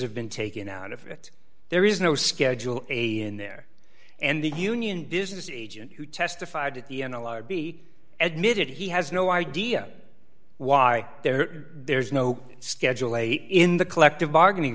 have been taken out of it there is no schedule in there and the union business agent who testified at the n l r b edited he has no idea why there there is no schedule a in the collective bargaining